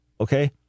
Okay